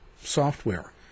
software